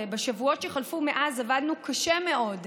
ובשבועות שחלפו מאז עבדנו קשה מאוד,